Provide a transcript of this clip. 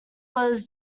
was